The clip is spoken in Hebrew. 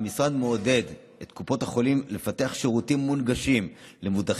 המשרד מעודד את קופות החולים לפתח שירותים מונגשים למבוטחי